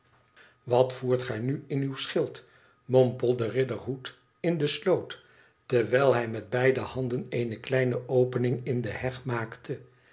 wat voert gij nu in uw schild mompelde riderhood in de sloot terwijl hij met beide handen eene kleine opening in de heg maakte